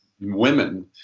women